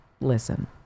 Listen